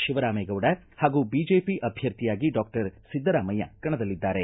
ಶಿವರಾಮೇಗೌಡ ಹಾಗೂ ಬಿಜೆಪಿ ಅಭ್ಯರ್ಥಿಯಾಗಿ ಡಾಕ್ಟರ್ ಿದ್ದರಾಮಯ್ಯ ಕಣದಲ್ಲಿದ್ದಾರೆ